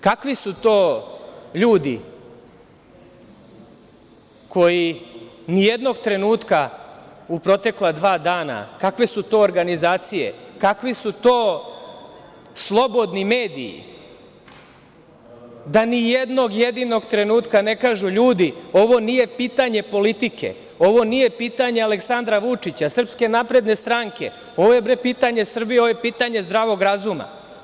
Kakvi su to ljudi koji nijednog trenutka u protekla dva dana, kakve su to organizacije, kakvi su to slobodni mediji da nijednog jedinog trenutka ne kažu – ljudi ovo nije pitanje politike, ovo nije pitanje Aleksandra Vučića, SNS, ovo je pitanje Srbije, ovo je pitanje zdravog razuma.